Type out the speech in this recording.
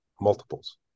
multiples